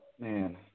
man